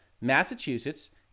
Massachusetts